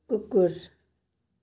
कुकुर